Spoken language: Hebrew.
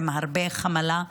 עם הרבה חמלה,